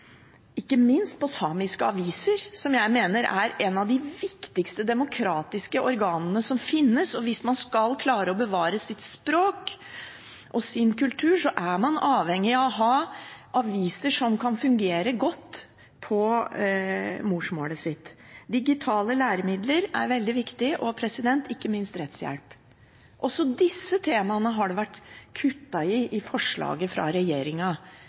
ikke minst på samiske aviser, som jeg mener er en av de viktigste demokratiske organene som finnes. Hvis man skal klare å bevare sitt språk og sin kultur, er man avhengig av å ha aviser som fungerer godt på morsmålet. Digitale læremidler er veldig viktig, og ikke minst rettshjelp. Også disse temaene har det vært kuttet i i forslaget fra